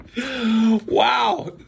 Wow